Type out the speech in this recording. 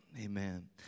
amen